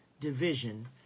division